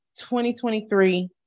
2023